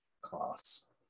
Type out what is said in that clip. class